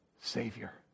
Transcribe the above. Savior